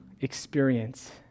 experience